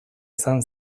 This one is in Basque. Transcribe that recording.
izan